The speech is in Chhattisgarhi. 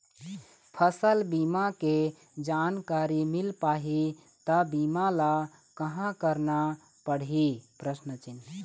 फसल बीमा के जानकारी मिल पाही ता बीमा ला कहां करना पढ़ी?